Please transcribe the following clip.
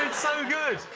so good!